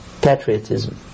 patriotism